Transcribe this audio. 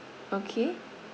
okay